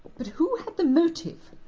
but who had the motive,